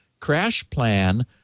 CrashPlan